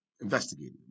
investigated